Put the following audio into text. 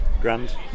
Grand